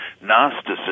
Gnosticism